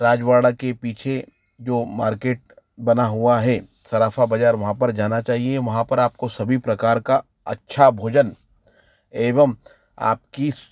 रजवाड़ा के पीछे जो मार्केट बना हुआ है सराफा बाजार वहाँ पर जाना चाहिए वहाँ पर आपको सभी प्रकार का अच्छा भोजन एवं आपकी